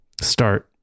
start